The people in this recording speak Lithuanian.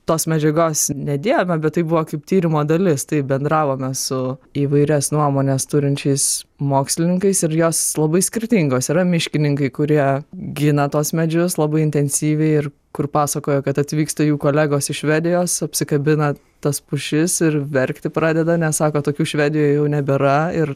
tos medžiagos nedėjome bet tai buvo kaip tyrimo dalis taip bendravome su įvairias nuomones turinčiais mokslininkais ir jos labai skirtingos yra miškininkai kurie gina tuos medžius labai intensyviai ir kur pasakojo kad atvyksta jų kolegos iš švedijos apsikabina tas pušis ir verkti pradeda nes sako tokių švedijoj jau nebėra ir